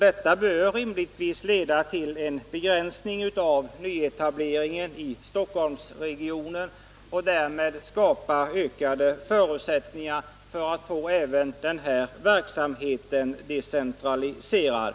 Detta bör rimligtvis leda till en begränsning av nyetableringen i Stockholmsregionen och därmed skapa ökade förutsättningar för att få även denna verksamhet decentraliserad.